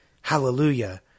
Hallelujah